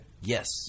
Yes